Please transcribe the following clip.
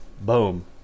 Boom